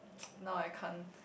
no I can't